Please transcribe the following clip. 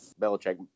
Belichick